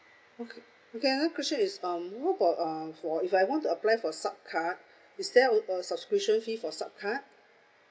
okay okay another question is um what about uh for if I want to apply for sub card is there a a subscription fee for sub card